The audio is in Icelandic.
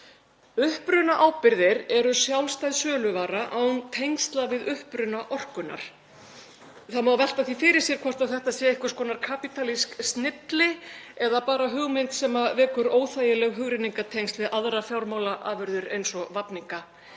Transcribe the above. Upprunaábyrgðir eru sjálfstæð söluvara án tengsla við uppruna orkunnar. Það má velta því fyrir sér hvort þetta sé einhvers konar kapítalísk snilli eða bara hugmynd sem vekur óþægileg hugrenningatengsl við aðrar fjármálaafurðir eins og vafninga.